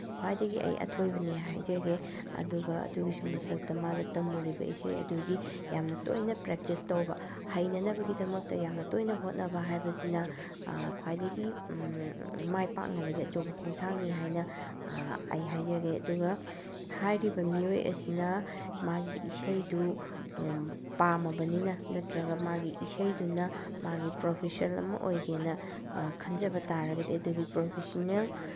ꯈ꯭ꯋꯥꯏꯗꯒꯤ ꯑꯩ ꯑꯊꯣꯏꯕꯅꯤ ꯍꯥꯏꯖꯒꯦ ꯑꯗꯨꯒ ꯑꯗꯨꯒꯤꯁꯨ ꯃꯊꯛꯇ ꯃꯥꯅ ꯇꯝꯃꯨꯔꯤꯕ ꯏꯁꯩ ꯑꯗꯨꯒꯤ ꯌꯥꯝꯅ ꯇꯣꯏꯅ ꯄ꯭ꯔꯦꯛꯀꯤꯁ ꯇꯧꯕ ꯍꯩꯅꯅꯕꯒꯤꯗꯃꯛꯇ ꯌꯥꯝꯅ ꯇꯣꯏꯅ ꯍꯣꯠꯅꯕ ꯍꯥꯏꯕꯁꯤꯅ ꯈ꯭ꯋꯥꯏꯗꯒꯤ ꯃꯥꯏ ꯄꯥꯛꯅꯕꯒꯤ ꯑꯆꯧꯕ ꯈꯣꯡꯊꯥꯡꯅꯤ ꯍꯥꯏꯅ ꯑꯩ ꯍꯥꯏꯖꯒꯦ ꯑꯗꯨꯒ ꯍꯥꯏꯔꯤꯕ ꯃꯤꯑꯣꯏ ꯑꯁꯤꯅ ꯃꯥꯒꯤ ꯏꯁꯩꯗꯨ ꯄꯥꯝꯃꯕꯅꯤꯅ ꯅꯠꯇ꯭ꯔꯒ ꯃꯥꯒꯤ ꯏꯁꯩꯗꯨꯅ ꯃꯥꯒꯤ ꯄ꯭ꯔꯣꯐꯦꯁꯟ ꯑꯃ ꯑꯣꯏꯒꯦꯅ ꯈꯟꯖꯕ ꯇꯥꯔꯒꯗꯤ ꯑꯗꯨꯒꯤ ꯄ꯭ꯔꯣꯐꯦꯁꯟꯅꯦꯜ